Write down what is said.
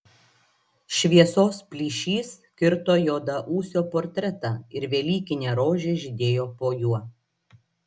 šviesos plyšys kirto juodaūsio portretą ir velykinė rožė žydėjo po juo